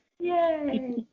Yay